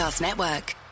Network